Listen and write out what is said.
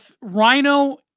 Rhino